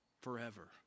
forever